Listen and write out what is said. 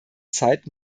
zeit